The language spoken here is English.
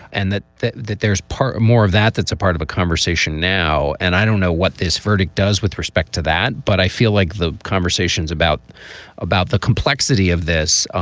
and that that that there's part of more of that. that's a part of a conversation now. and i don't know what this verdict does with respect to that, but i feel like the conversations about about the complexity of this ah